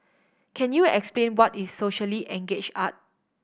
can you explain what is socially engage art